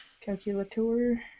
calculator